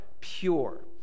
pure